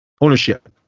ownership